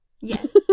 yes